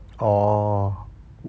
orh